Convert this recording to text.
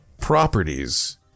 properties